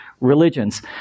religions